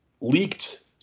leaked